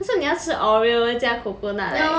为什么你要吃 oreo 加 coconut like